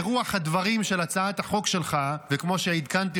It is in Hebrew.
ברוח הדברים של הצעת החוק שלך וכמו שעדכנתי